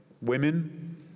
women